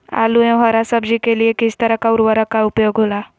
आलू एवं हरा सब्जी के लिए किस तरह का उर्वरक का उपयोग होला?